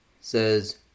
says